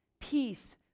Peace